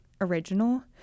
original